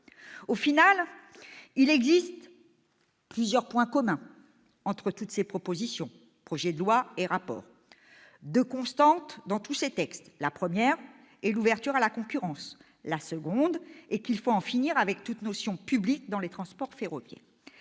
Au final, il existe plusieurs points communs entre toutes ces propositions, projets de loi et rapports. Deux constantes peuvent être relevées : l'ouverture à la concurrence et l'idée qu'il faut en finir avec toute notion publique dans les transports ferroviaires.